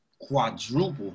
quadruple